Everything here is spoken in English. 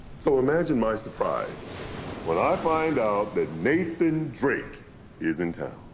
so imagine my surprise when i find out that nathan drake is in town.